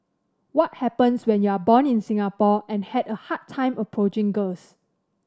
what happens when you are born in Singapore and had a hard time approaching girls